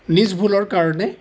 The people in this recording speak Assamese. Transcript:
নিজ ভুলৰ কাৰণে